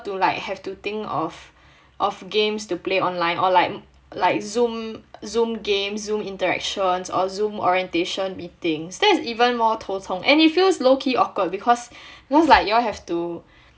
to like have to think of of games to play online or like like zoom zoom games zoom interactions or zoom orientation meetings that is even more 头痛 and it feels low key awkward because cause like you all have to